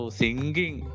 singing